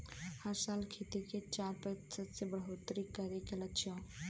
हर साल खेती मे चार प्रतिशत के बढ़ोतरी करे के लक्ष्य हौ